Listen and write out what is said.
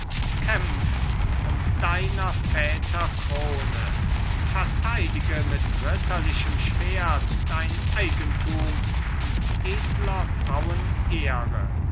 kämpf um deiner väter krone verteidige mit ritterlichem schwert dein eigentum und edler frauen